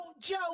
joe